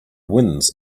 winds